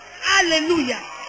Hallelujah